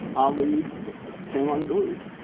ali came unglued.